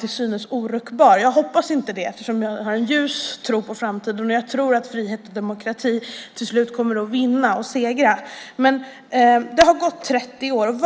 till synes är oruckbar. Jag hoppas inte det eftersom jag har en ljus tro på framtiden. Jag tror att frihet och demokrati till slut kommer att segra. Men det har gått 30 år.